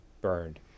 burned